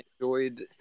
enjoyed